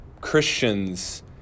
Christians